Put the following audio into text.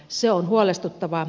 se on huolestuttavaa